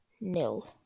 nil